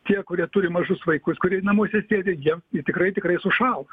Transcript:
tie kurie turi mažus vaikus kurie namuose sėdi jiems tikrai tikrai sušals